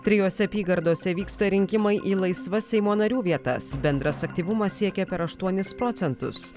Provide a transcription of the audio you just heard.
trijose apygardose vyksta rinkimai į laisvas seimo narių vietas bendras aktyvumas siekia per aštuonis procentus